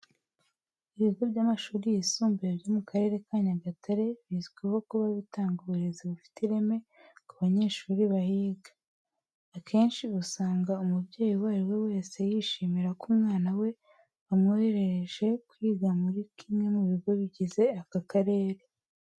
Ibigo by'amashuri yisumbuye byo mu Karere ka Nyagatare bizwiho kuba bitanga uburezi bufite ireme ku banyeshuri bahiga. Akenshi, usanga umubyeyi uwo ari we wese yishimira ko umwana we bamwohereje kwiga muri kimwe mu bigo bigize aka karere.